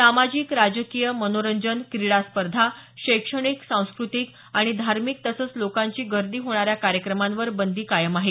सामाजिक राजकीय मनोरंजन क्रीडा स्पर्धा शैक्षणिक सांस्कृतिक आणि धार्मिक तसंच लोकांची गर्दी होणाऱ्या कार्यक्रमांवर बंदी कायम आहे